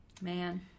Man